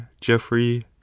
jeffrey